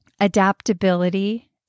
adaptability